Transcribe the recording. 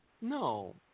no